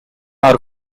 are